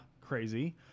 crazy